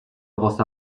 واست